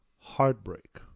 heartbreak